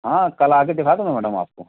हाँ कल आकर दिखा दूँगा मैडम आपको